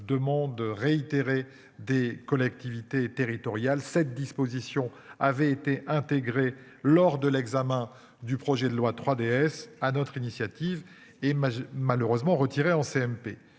demande réitérée des collectivités territoriales, cette disposition avait été intégrée lors de l'examen du projet de loi 3DS à notre initiative, et malheureusement retiré en CMP.